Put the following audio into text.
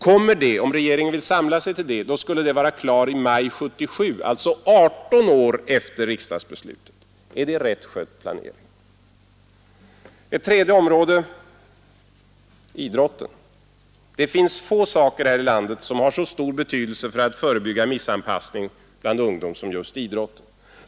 Kan regeringen samla sig till ett beslut, kommer anläggningen att vara klar i maj 1977, alltså 18 år efter riksdagsbeslutet. Är det en rätt skött planering? Det tredje exemplet gäller idrotten. Få verksamheter här i landet har så stor betydelse för att förebygga missanpassning bland ungdom som just idrotten.